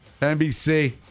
NBC